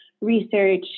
research